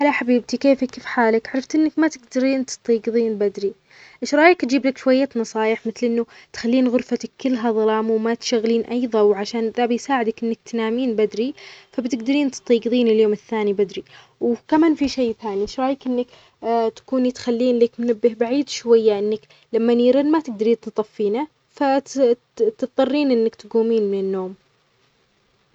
أعرف إنك تجد صعوبة في الاستيقاظ مبكرًا، بس جرب تنظم وقتك شوي. حاول تروح النوم في وقت ثابت كل يوم، وتجنب الأشياء اللي ممكن تأثر على نومك مثل الموبايل أو القهوة